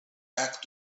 back